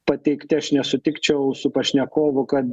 pateikti aš nesutikčiau su pašnekovu kad